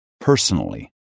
personally